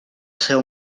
seu